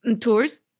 tours